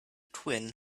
twin